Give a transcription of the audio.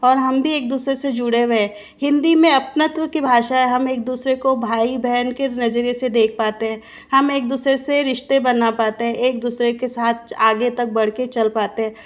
और हम भी एक दूसरे से जुड़े हुए हैं हिंदी में अपनत्व की भाषा है हम एक दूसरे को भाई बहन के नजरिए से देख पाते हैं हम एक दूसरे से रिश्ते बना पाते हैं एक दूसरे के साथ आगे तक बढ़कर चल पाते हैं